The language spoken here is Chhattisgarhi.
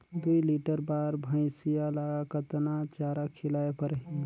दुई लीटर बार भइंसिया ला कतना चारा खिलाय परही?